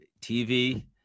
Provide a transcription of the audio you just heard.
TV